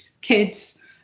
kids